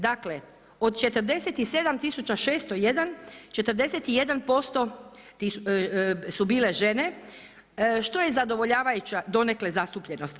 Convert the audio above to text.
Dakle, od 47601 41% su bile žene što je zadovoljavajuća donekle zastupljenost.